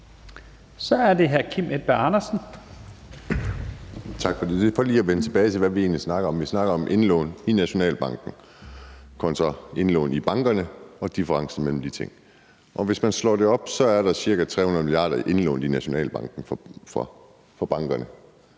Kl. 19:49 Kim Edberg Andersen (DD): Tak for det. Det var lige for at vende tilbage til det, vi egentlig snakkede om, og vi snakkede om indlån i Nationalbanken kontra indlån i bankerne og differencen mellem de ting. Og hvis man slår det op, er der for ca. 300 mia. kr. i Nationalbanken for bankerne